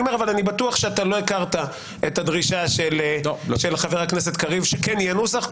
אבל אני בטוח שאתה לא הכרת את הדרישה של חבר הכנסת קריב שכן יהיה נוסח,